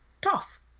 tough